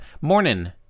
morning